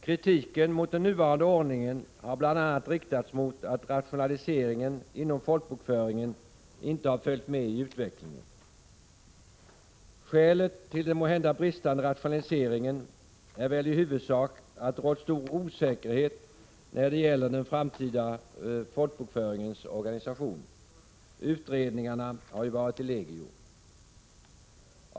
Kritiken mot den nuvarande ordningen har bl.a. gällt att rationaliseringen inom folkbokföringen inte har följt med i utvecklingen. Skälet till den måhända bristande rationaliseringen är väl i huvudsak att det rått stor osäkerhet i fråga om den framtida folkbokföringens organisation. Utredningarna har ju varit i legio.